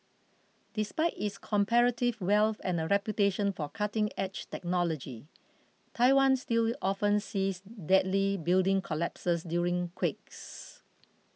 despite its comparative wealth and a reputation for cutting edge technology Taiwan still often sees deadly building collapses during quakes